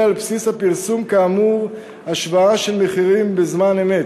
על בסיס הפרסום כאמור השוואה של מחירים בזמן אמת.